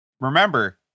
remember